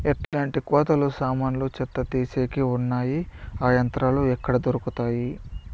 ఎట్లాంటి కోతలు సామాన్లు చెత్త తీసేకి వున్నాయి? ఆ యంత్రాలు ఎక్కడ దొరుకుతాయి?